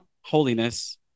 holiness